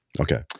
okay